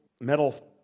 metal